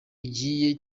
igihe